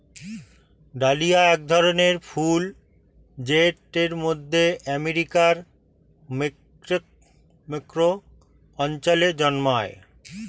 dahlia এক ধরনের ফুল জেট মধ্য আমেরিকার মেক্সিকো অঞ্চলে জন্মায়